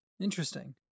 Interesting